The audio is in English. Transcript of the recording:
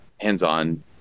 hands-on